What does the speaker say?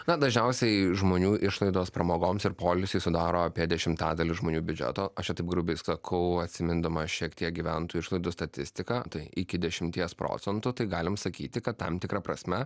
na dažniausiai žmonių išlaidos pramogoms ir poilsiui sudaro apie dešimtadalį žmonių biudžeto aš čia taip grubiai sakau atsimindamas šiek tiek gyventojų išlaidų statistiką tai iki dešimties procentų tai galim sakyti kad tam tikra prasme